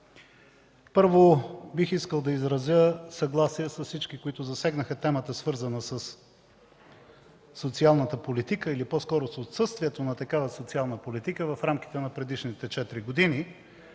Първо, бих искал да изразя съгласие с всички, които засегнаха темата, свързана със социалната политика или по-скоро с отсъствието на такава в рамките на предишните четири